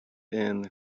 and